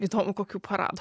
įdomu kokių paradų